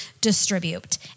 distribute